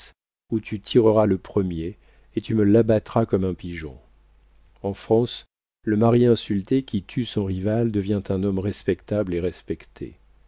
où tu tireras le premier et tu me l'abattras comme un pigeon en france le mari insulté qui tue son rival devient un homme respectable et respecté